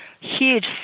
huge